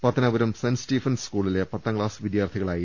Pathanapuram saint Stephen's സ്കൂളിലെ പത്താംക്ലാസ് വിദ്യാർത്ഥികളായിരുന്നു